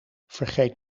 vergeet